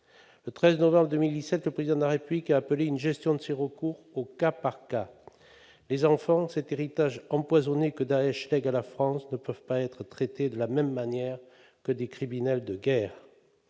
Le 13 novembre 2017, le Président de la République a appelé à une gestion de ces retours au cas par cas. Les enfants, cet héritage empoisonné que Daech lègue à la France, ne peuvent être traités de la même manière que des criminels de guerre.